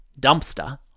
Dumpster